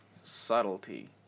subtlety